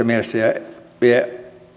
mielessä vie